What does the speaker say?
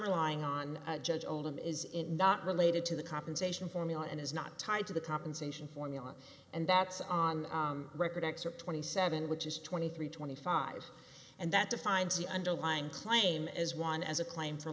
relying on judge oldham is not related to the compensation formula and is not tied to the compensation formula and that's on record excerpt twenty seven which is twenty three twenty five and that defines the underlying claim as one as a claim for